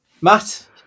Matt